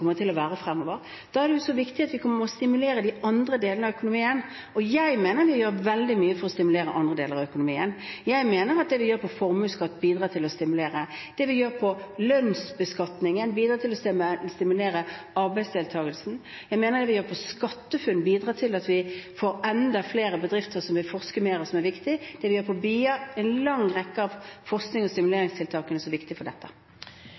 til å være fremover. Da er det også viktig å stimulere de andre delene av økonomien. Jeg mener vi gjør veldig mye for å stimulere andre deler av økonomien. Jeg mener at det vi gjør på formuesskatt, bidrar til å stimulere. Det vi gjør på lønnsbeskatningen, bidrar til å stimulere arbeidsdeltakelsen. Jeg mener det vi gjør på SkatteFUNN, bidrar til at vi får enda flere bedrifter som vil forske mer, noe som er viktig, og det samme er det vi gjør med BIA-ordningen. En lang rekke av forsknings- og stimuleringstiltakene er også viktig for dette.